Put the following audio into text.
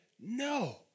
No